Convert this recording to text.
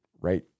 right